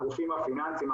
הגופים הפיננסיים,